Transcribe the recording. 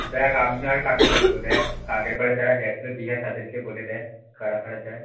দেখ আমি আর কাকে বলবো দেখ আগের বারে যারা গেছিলো দীঘায় তাদের বলে দেখ কারা কারা যায়